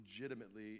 legitimately